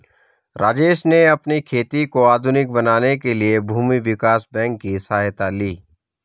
राजेश ने अपनी खेती को आधुनिक बनाने के लिए भूमि विकास बैंक की सहायता ली